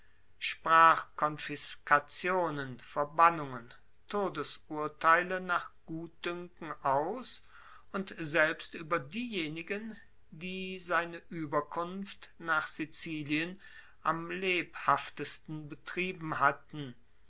sprach konfiskationen verbannungen todesurteile nach gutduenken aus und selbst ueber diejenigen die seine ueberkunft nach sizilien am lebhaftesten betrieben hatten